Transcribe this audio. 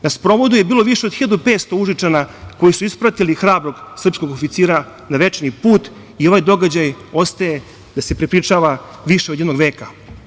Na sprovodu je bilo više 1.500 Užičana koji su ispratili hrabrog srpskog oficira na večni put i ovaj događaj ostaje da se prepričava više od jednog veka.